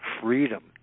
freedom